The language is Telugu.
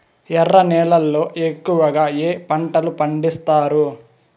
ఎర్ర నేలల్లో ఎక్కువగా ఏ పంటలు పండిస్తారు